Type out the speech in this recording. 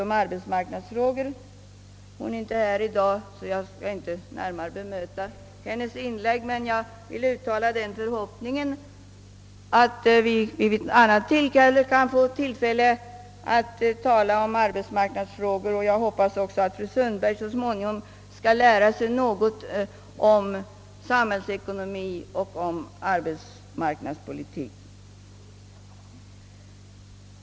om arbetsmarknadsfrågor. Hon är inte här i dag, och jag skall därför inte närmare bemöta hennes inlägg, men jag vill uttala förhoppningen att vi vid annat tillfälle skall kunna diskutera dessa problem. Jag hoppas också att fru Sundberg så småningom skall lära sig något om samhällsekonomi och arbetsmarknadspolitik.